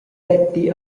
detti